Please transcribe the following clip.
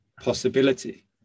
possibility